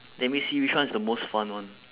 let me see which one is the most fun one